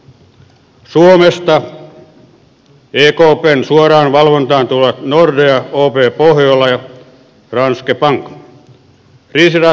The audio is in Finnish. suomesta ekpn suoraan valvontaan tulevat nordea op pohjola ja danske bank